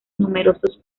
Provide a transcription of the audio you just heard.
numerosos